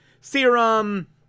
serum